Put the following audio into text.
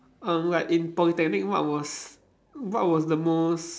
um like in Polytechnic what was what was the most